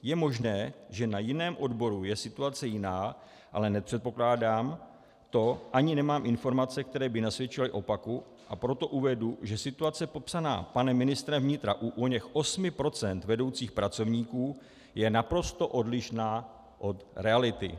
Je možné, že na jiném odboru je situace jiná, ale nepředpokládám to ani nemám informace, které by nasvědčovaly opaku, a proto uvedu, že situace popsaná panem ministrem vnitra u oněch 8 % vedoucích pracovníků je naprosto odlišná od reality.